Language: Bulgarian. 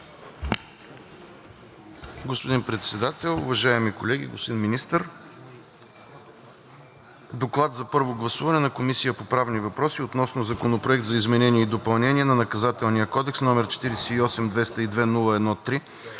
Господин Председател, уважаеми колеги, господин Министър! „ДОКЛАД за първо гласуване на Комисията по правни въпроси относно Законопроект за изменение и допълнение на Наказателния кодекс, № 48-202-01-3,